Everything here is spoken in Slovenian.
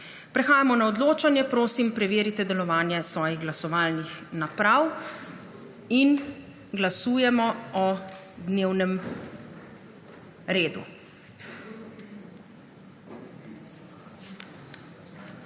Prehajamo na odločanje. Prosim, preverite delovanje svojih glasovalnih naprav. Glasujemo o dnevnem redu.